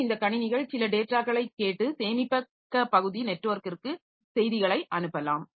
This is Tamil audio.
மேலும் இந்த கணினிகள் சில டேட்டாக்களைக் கேட்டு சேமிப்பக பகுதி நெட்வொர்க்கிற்கு செய்திகளை அனுப்பலாம்